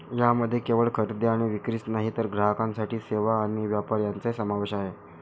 यामध्ये केवळ खरेदी आणि विक्रीच नाही तर ग्राहकांसाठी सेवा आणि व्यापार यांचाही समावेश आहे